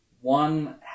one